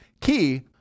Key